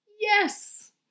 Yes